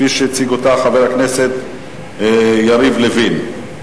כפי שהציג חבר הכנסת יריב לוין.